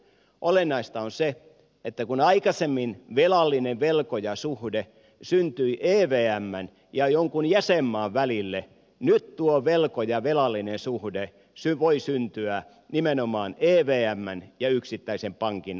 olennaista on se että kun aikaisemmin velkojavelallinen suhde syntyi evmn ja jonkun jäsenmaan välille nyt tuo velkojavelallinen suhde voi syntyä nimenomaan evmn ja yksittäisen pankin välille